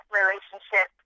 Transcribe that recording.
relationship